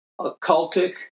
occultic